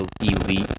elite